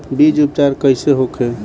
बीज उपचार कइसे होखे?